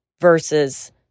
versus